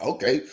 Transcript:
Okay